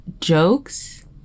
jokes